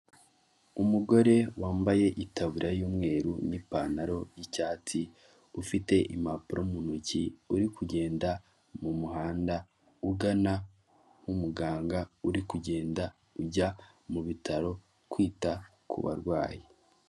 Imodoka yo mu bwoko bw bw'ivatiri ikora akazi ko gutwara abagenzi, isize ibara ry'umweru n'umuhondo iri imuhanda wa kaburimbo, ku ruhande rw'ibumoso hari abagore babiri bari gutambuka bambaye utuntu mu mutwe, hirya yabo hari umutaka wa emutiyene ucururizwamo amayinite.